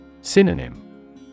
Synonym